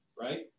Right